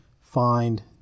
find